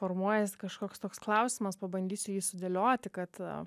formuojasi kažkoks toks klausimas pabandysiu jį sudėlioti kad